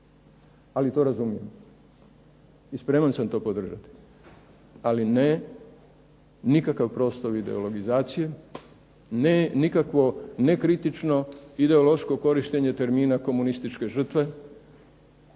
ali to razumijem i spreman sam to podržati. Ali ne nikakav prostor ideologizacije, ne nikakvo nekritično ideološko korištenje termina komunističke žrtve